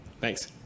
Thanks